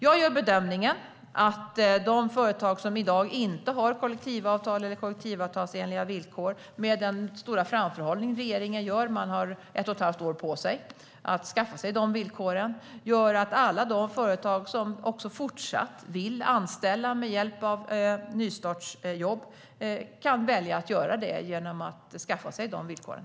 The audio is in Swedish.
Jag gör bedömningen att med den stora framförhållning regeringen har - man har ett och ett halvt år på sig att skaffa sig dessa villkor - kan alla de företag som i dag inte har kollektivavtal eller kollektivavtalsenliga villkor och som också fortsatt vill anställa med hjälp av nystartsjobb välja att göra det genom att skaffa sig de här villkoren.